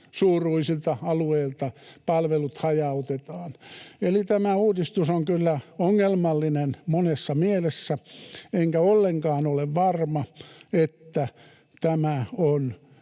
suuruisilta alueilta palvelut hajautetaan. Eli tämä uudistus on kyllä ongelmallinen monessa mielessä, enkä ollenkaan ole varma, että tämä on